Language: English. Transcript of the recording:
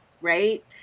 right